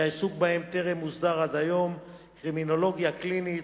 שהעיסוק בהם טרם הוסדר עד היום: קרימינולוגיה קלינית,